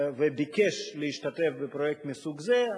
וביקש להשתתף בפרויקט מסוג זה.